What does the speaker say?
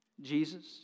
Jesus